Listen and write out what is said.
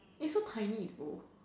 it's so tiny though